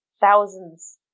thousands